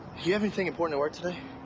you have anything important at work today?